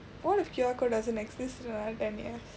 what if Q_R code doesn't exist in another ten years